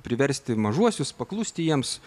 priversti mažuosius paklusti jiems